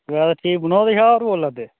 बस ठीक विनोद शाह होर बोला दे